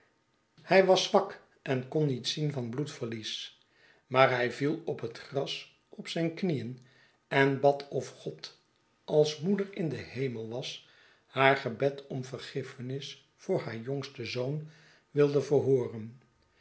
hij was zwak en kon niet zien van bloedverlies maar hij viel op het gras op zijn knieen en bad of god als moeder in den hemel was haar gebed om vergiffenis voor haar jongsten zoon wilde verhooren